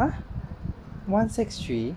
!huh! one six three